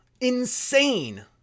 Insane